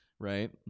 Right